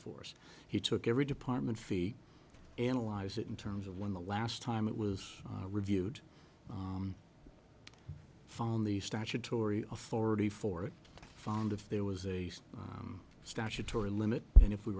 force he took every department feet analyze it in terms of when the last time it was reviewed found the statutory authority for it found of there was a statutory limit and if we